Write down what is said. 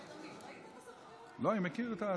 אדוני היושב-ראש,